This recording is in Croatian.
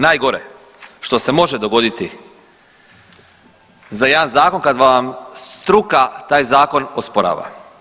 Najgore što se može dogoditi za jedan zakon kad vam struka taj zakon osporava.